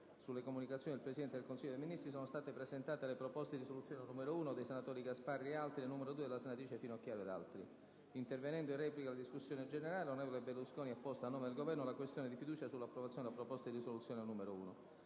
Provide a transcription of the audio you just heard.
sulle comunicazioni del Presidente del Consiglio dei ministri, sono state presentate le proposte di risoluzione n. 1, del senatore Gasparri ed altri, e n. 2, della senatrice Finocchiaro ed altri. Intervenendo in replica alla discussione, l'onorevole Berlusconi ha posto a nome del Governo la questione di fiducia sull'approvazione della proposta di risoluzione n. 1.